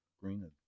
green